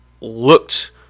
looked